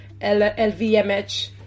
LVMH